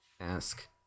ask